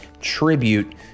tribute